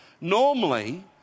Normally